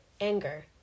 anger